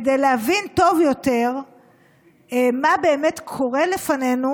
כדי להבין טוב יותר מה באמת קורה לפנינו,